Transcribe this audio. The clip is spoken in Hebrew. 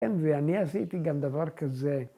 כן ואני עשיתי גם דבר כזה